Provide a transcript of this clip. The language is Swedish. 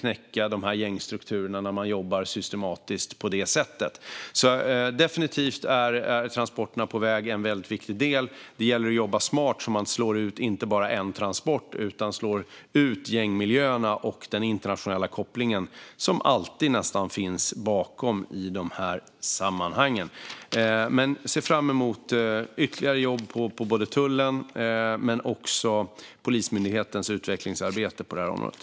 När man jobbar systematiskt på det sättet kan man verkligen knäcka gängstrukturerna. Transporterna på väg är definitivt en väldigt viktig del. Det gäller att jobba smart så att man inte bara slår ut en transport utan också gängmiljöerna och den internationella koppling som nästan alltid finns i de här sammanhangen. Jag ser fram emot ytterligare jobb vid tullen men också Polismyndighetens utvecklingsarbete på det här området.